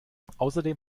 außerdem